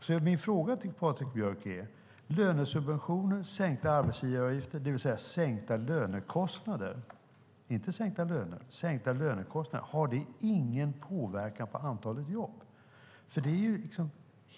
Därför vill jag fråga Patrik Björck: Har lönesubventioner, sänkta arbetsgivaravgifter, det vill säga sänkta lönekostnader - inte sänkta löner utan sänkta lönekostnader - ingen påverkan på antalet jobb?